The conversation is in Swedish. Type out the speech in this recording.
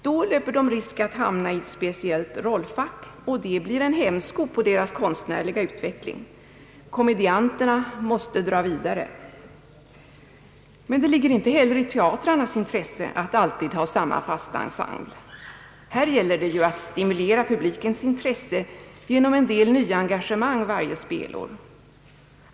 Då löper de risk att hamna i ett speciellt rollfack, och det blir en hämsko på deras konstnärliga utveckling. Komedianterna måste dra vidare! Men det ligger inte heller i teatrarnas intresse att alltid ha samma fasta ensemble. Det gäller att stimulera publiken genom en del nyengagemang varje spelår.